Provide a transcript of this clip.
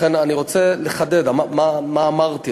לכן אני רוצה לחדד, מה אמרתי.